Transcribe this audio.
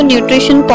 Nutrition